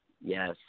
yes